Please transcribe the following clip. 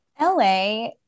LA